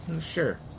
Sure